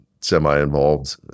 semi-involved